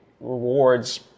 rewards